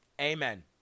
Amen